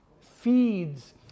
feeds